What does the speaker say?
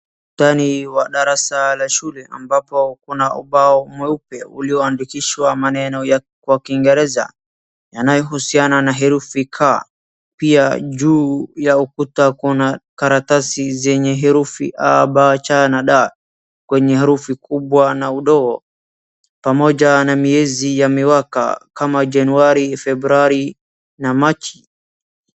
Ndani wa darasa la shule ambapo kuna ubao mweupe ulioandikishwa maneno kwa kiingereza, yanayo husiana na herufi 'k', pia juu ya ukuta kuna karatasi zenye herufi :Aa,b,c,d na d, kwenye herufi kubwa na udogo pamoja, miezi na miezi na miaka kama januari, Februari na Marchi.